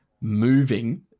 moving